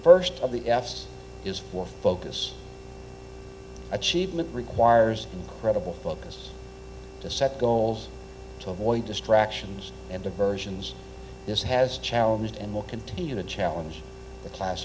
first of the f s is for focus achievement requires incredible focus to set goals to avoid distractions and diversions this has challenged and will continue to challenge the